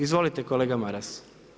Izvolite kolega Maras.